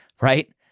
right